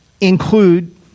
include